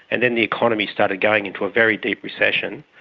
and then the economy started going into a very deep recession.